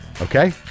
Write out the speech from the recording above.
okay